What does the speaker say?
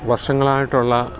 വർഷങ്ങളായിട്ടുള്ള